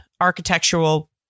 architectural